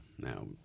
Now